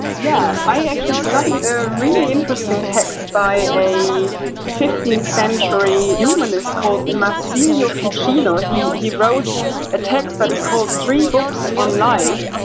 yeah. i actually studied a really interesting text by a fifteenth century humanist called macilio fechino. he he wrote a text that's called three books on life.